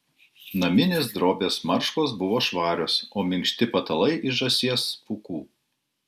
naminės drobės marškos buvo švarios o minkšti patalai iš žąsies pūkų